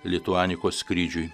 lituanikos skrydžiui